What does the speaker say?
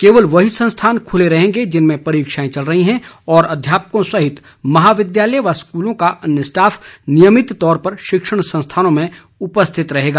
केवल वही संस्थान खुले रहेंगे जिनमें परीक्षाएं चल रही हैं और अध्यापकों सहित महाविद्यालय व स्कूलों का अन्य स्टाफ नियमित तौर पर शिक्षण संस्थानों में उपस्थित रहेगा